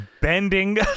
bending